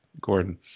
Gordon